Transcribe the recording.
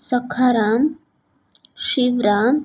Sakharam Shivram